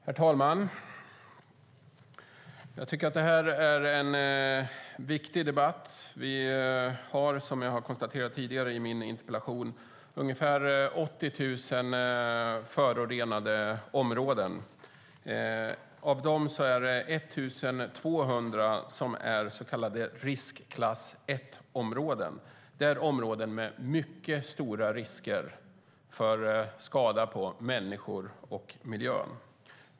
Herr talman! Det här är en viktig debatt. Vi har, som jag konstaterat i min interpellation, ungefär 80 000 förorenade områden. Av dem är 1 200 så kallade riskklass 1-områden. Det är områden med mycket stora risker för skada på människor och miljö.